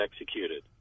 executed